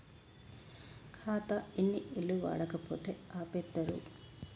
ఖాతా ఎన్ని ఏళ్లు వాడకపోతే ఆపేత్తరు?